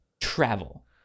travel